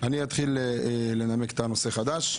אני אתחיל לנמק נושא חדש.